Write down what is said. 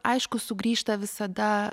aišku sugrįžta visada